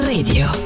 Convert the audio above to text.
Radio